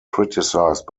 criticized